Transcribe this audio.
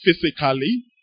physically